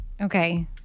Okay